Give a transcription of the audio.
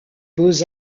beaux